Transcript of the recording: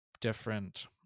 different